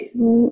Two